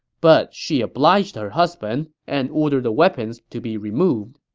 but, she obliged her husband and ordered the weapons to be removed.